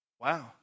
Wow